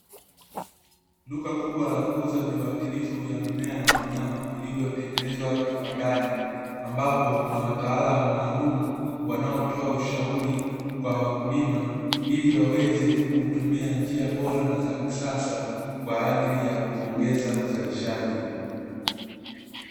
Duka kubwa la kuuza viwatilifu vya mimea na wanyama vilivyotengenezwa kiwandani, ambapo kuna wataalamu maalumu wanaotoa ushauri kwa wakulima, ili waweze kutumia njia bora na za kisasa, kwa ajili ya kuongeza uzalishaji.